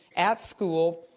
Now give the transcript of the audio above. at school,